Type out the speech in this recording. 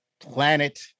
Planet